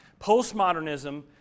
Postmodernism